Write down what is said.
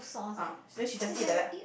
ah then she just eat like that ah